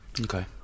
Okay